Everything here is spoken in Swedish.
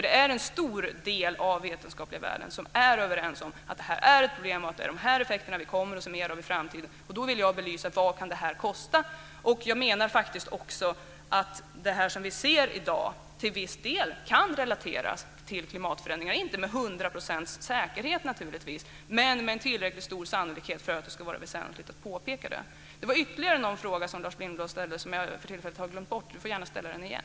En stor del av den vetenskapliga världen är nämligen överens om att detta är ett problem och att det är de här effekterna vi kommer att se mer av i framtiden. Då ville jag belysa vad detta kan kosta. Jag menar också att det vi ser i dag till viss del kan relateras till klimatförändringar - inte med hundra procents säkerhet, naturligtvis, men med tillräckligt stor sannolikhet för att det ska vara väsentligt att påpeka det. Lars Lindblad ställde ytterligare någon fråga som jag för tillfället har glömt bort. Han får gärna ställa den igen.